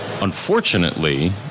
Unfortunately